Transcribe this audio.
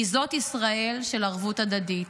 כי זאת ישראל של ערבות הדדית,